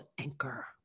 Anchor